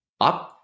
up